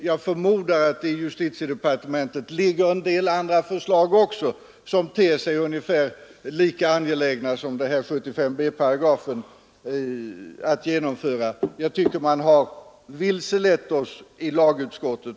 Jag förmodar att det i justitiedepartementet också ligger en del andra förslag som ter sig ungefär lika angelägna som denna 75 b § att genomföra. Jag tycker att man vilselett oss i lagutskottet.